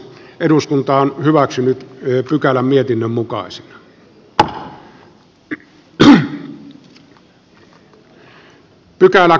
ville vähämäki on maria lohelan kannattamana ehdottanut että pykälä poistetaan